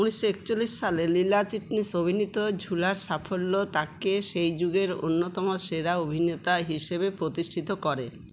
উনিশশো একচল্লিশ সালে লীলা চিটনিস অভিনীত ঝুলার সাফল্য তাঁকে সেই যুগের অন্যতম সেরা অভিনেতা হিসেবে প্রতিষ্ঠিত করে